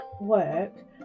work